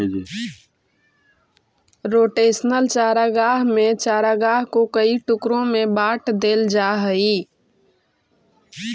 rotational चारागाह में चारागाह को कई टुकड़ों में बांट देल जा हई